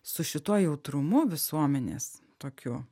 su šituo jautrumu visuomenės tokiu